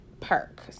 perk